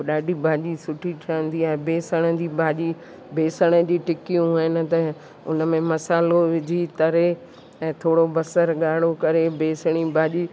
ॾाढी भाॼी सुठी ठहिंदी आहे ऐं बेसण जी भाॼी बेसण जूं टिकियूं आहिनि त उनमें मसालो विझी तरे ऐं थोरो बसर गाड़ो करे बेसण जी भाॼी